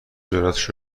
جراتش